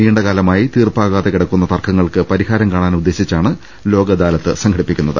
നീണ്ടകാലമായി തീർപ്പാകാതെ കിടക്കുന്ന തർക്കങ്ങൾക്ക് പരിഹാരം കാണാൻ ഉദ്ദേശി ച്ചാണ് ലോക് അദാലത്ത് സംഘടിപ്പിക്കുന്നത്